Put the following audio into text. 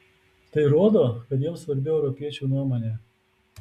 tai rodo kad jiems svarbi europiečių nuomonė